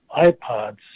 ipods